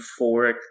euphoric